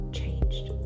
changed